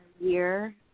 year